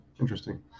Interesting